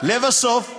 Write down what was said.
לבסוף אציין,